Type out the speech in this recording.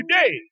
today